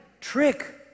trick